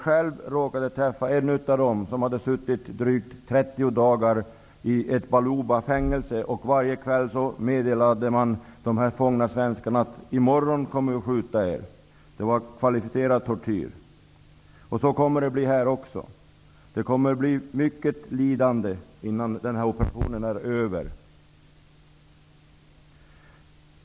Själv råkade jag träffa en av dem som hade suttit i drygt 30 dagar i ett balubafängelse. Varje kväll meddelade man de fångna svenskarna: I morgon kommer vi att skjuta er. Det var kvalificerad tortyr. Så kommer det att bli i det här fallet också. Det kommer att bli mycket av lidande innan den här operationen är över.